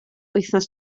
wythnos